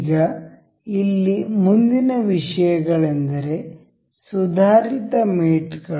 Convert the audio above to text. ಈಗ ಇಲ್ಲಿ ಮುಂದಿನ ವಿಷಯಗಳೆಂದರೆ ಸುಧಾರಿತ ಮೇಟ್ ಗಳು